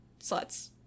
sluts